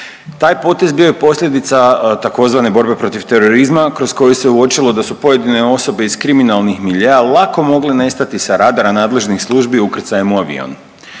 Taj potez bio je posljedica tzv. borbe protiv terorizma kroz koju se uočilo da su pojedine osobe iz kriminalnih miljea lako mogle nestati sa radara nadležnih službi ukrcajem u avion.